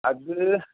അത്